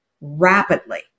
rapidly